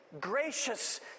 gracious